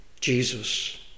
Jesus